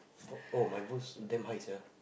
oh oh my boost damn high sia